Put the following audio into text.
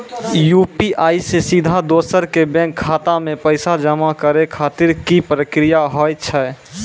UPI से सीधा दोसर के बैंक खाता मे पैसा जमा करे खातिर की प्रक्रिया हाव हाय?